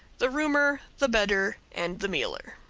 the roomer, the bedder, and the mealer.